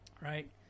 Right